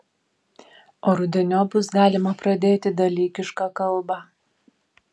o rudeniop bus galima pradėti dalykišką kalbą